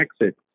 exit